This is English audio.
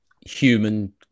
human